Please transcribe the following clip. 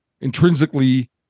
intrinsically